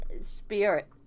spirit